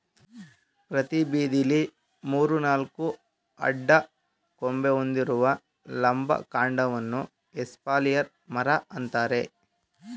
ಪ್ರತಿ ಬದಿಲಿ ಮೂರು ನಾಲ್ಕು ಅಡ್ಡ ಕೊಂಬೆ ಹೊಂದಿರುವ ಲಂಬ ಕಾಂಡವನ್ನ ಎಸ್ಪಾಲಿಯರ್ ಮರ ಅಂತಾರೆ